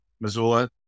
Missoula